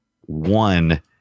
one